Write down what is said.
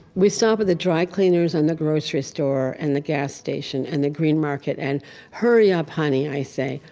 we stop at the dry cleaners and the grocery store and the gas station and the green market market and hurry up honey, i say,